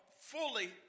fully